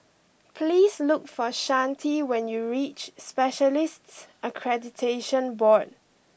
please look for Chante when you reach Specialists Accreditation Board